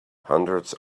hundreds